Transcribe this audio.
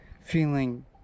feeling